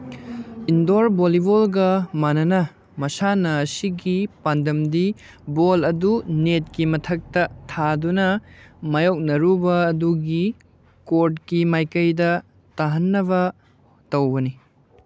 ꯏꯟꯗꯣꯔ ꯚꯣꯂꯤꯕꯣꯜꯒ ꯃꯥꯟꯅ ꯃꯁꯥꯟꯅ ꯑꯁꯤꯒꯤ ꯄꯥꯟꯗꯝꯗꯤ ꯕꯣꯜ ꯑꯗꯨ ꯅꯦꯠꯀꯤ ꯃꯊꯛꯇ ꯊꯥꯗꯨꯅ ꯃꯥꯏꯌꯣꯛꯅꯔꯨꯕ ꯑꯗꯨꯒꯤ ꯀꯣꯔꯠꯀꯤ ꯃꯥꯏꯀꯩꯗ ꯇꯥꯍꯟꯅꯕ ꯇꯧꯕꯅꯤ